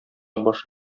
баш